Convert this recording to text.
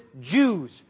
Jews